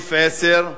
סעיף 10: